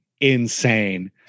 insane